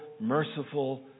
merciful